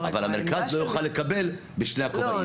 אבל המרכז לא יוכל לקבל בשני הכובעים.